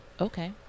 Okay